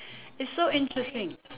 it's so interesting